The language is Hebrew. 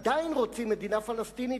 עדיין רוצים מדינה פלסטינית,